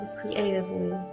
creatively